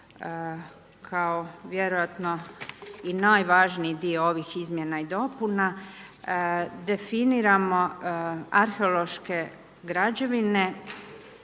kao vjerojatno i najvažniji dio ovih izmjena i dopuna, definiramo arheološke građevine